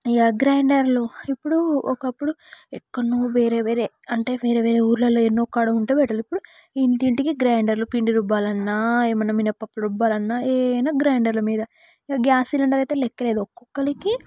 ఇగ గ్రైండర్లు ఇప్పుడు ఒకప్పుడు ఎక్కడనో వేరే వేరే అంటే వేరే వేరే ఊర్లల్లో ఎన్నో కాడ ఉంటుంది ఇప్పుడు ఇంటింటికి గ్రైండర్ లు పిండి రుబ్బాలన్నా ఏమన్నా మినప్పప్పు రుబ్బాలన్నా ఏదైనా గ్రైండర్ల మీద ఇగ గ్యాస్ సిలిండర్లు అయితే లెక్కలేదు ఒక్కొక్కరికి